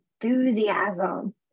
enthusiasm